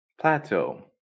Plateau